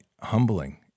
humbling